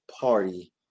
party